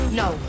no